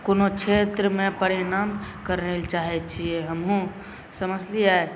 कोनो क्षेत्रमे परिणाम करैलए चाहै छिए हमहूँ समझलिए